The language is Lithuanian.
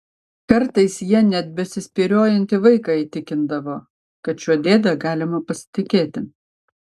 kartais ja net besispyriojantį vaiką įtikindavo kad šiuo dėde galima pasitikėti